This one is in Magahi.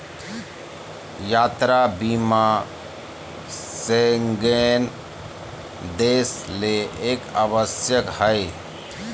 यात्रा बीमा शेंगेन देश ले एक आवश्यक हइ